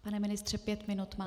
Pane ministře, pět minut máte.